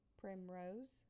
Primrose